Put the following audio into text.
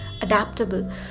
Adaptable